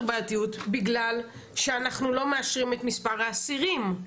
בעייתית בגלל שאנחנו לא מאשרים את מספר האסירים.